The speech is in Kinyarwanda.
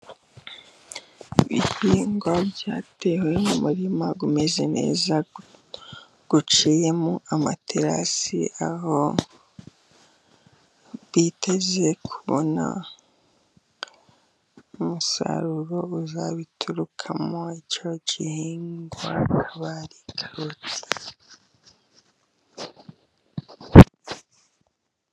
Ibihingwa byatewe mu murima umeze neza, uciyemo amaterasi, aho biteze kubona umusaruro uzabiturukamo, icyo gihingwa akaba ari karoti.